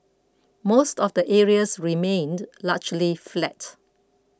most of the areas remained largely flat